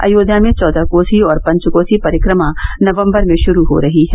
अयोध्या में चौदह कोसी और पंच कोसी परिक्रमा नवम्बर में ाुरू हो रही है